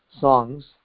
songs